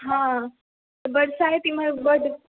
हँ बरसाइत इम्हर बड